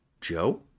Joe